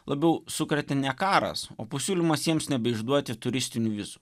labiau sukrėtė ne karas o pasiūlymas jiems nebeišduoti turistinių vizų